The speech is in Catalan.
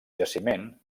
jaciment